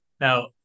now